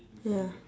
ya